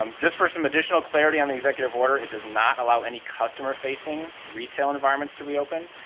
um just for some additional clarity on the executive order it does not allow any customer-facing retail environments to reopen.